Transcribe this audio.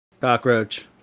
Cockroach